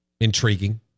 intriguing